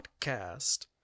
podcast